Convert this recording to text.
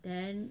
then